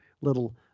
little